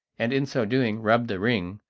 and in so doing rubbed the ring,